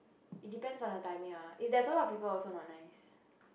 it depends on the timing ah if there's a lot of people also not nice